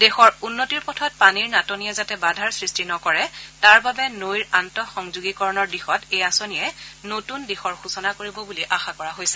দেশৰ উন্নতিৰ পথত পানীৰ নাটনিয়ে যাতে বাধাৰ সৃষ্টি নকৰে তাৰ বাবে নৈৰ আন্তঃসংযোগীকৰণৰ দিশত এই আঁচনিয়ে নতুন পথৰ সূচনা কৰিব বুলি আশা কৰা হৈছে